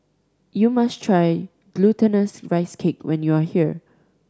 you must try Glutinous Rice Cake when you are here